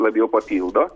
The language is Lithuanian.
labiau papildo